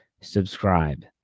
subscribe